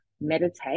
meditate